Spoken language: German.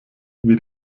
wie